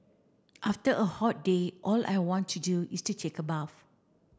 after a hot day all I want to do is to take a bath